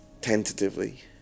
tentatively